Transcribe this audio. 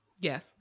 Yes